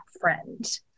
friend